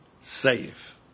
safe